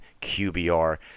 QBR